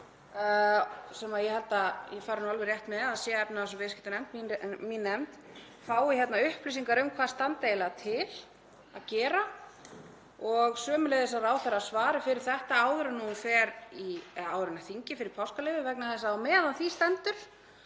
sem ég held að ég fari rétt með að sé efnahags- og viðskiptanefnd, mín nefnd, fái upplýsingar um hvað standi eiginlega til að gera og sömuleiðis að ráðherra svari fyrir þetta áður en þingið fer í páskaleyfi vegna þess að meðan á því stendur